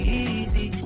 easy